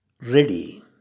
ready